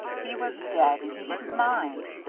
he was dead and he didn't mind.